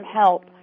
help